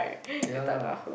ya lah